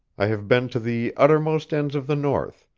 i have been to the uttermost ends of the north,